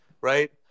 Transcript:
right